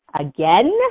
again